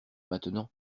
maintenant